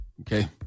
okay